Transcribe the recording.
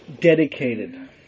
dedicated